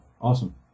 Awesome